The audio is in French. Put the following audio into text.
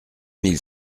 mille